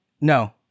No